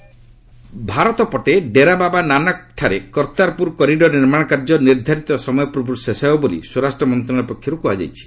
home ministry Bharat ପଟେ ଡେରାବାବା ନାନକଠାରେ Kartarpur corridor ନିର୍ମାଣ କାର୍ଯ୍ୟ ନିର୍ଦ୍ଧାରିତ ସମୟ ପୂର୍ବରୁ ଶେଷ ହେବ ବୋଲି ସ୍ୱରାଷ୍ଟ୍ର ମନ୍ତ୍ରଣାଳୟ ପକ୍ଷରୁ କୁହାଯାଇଛି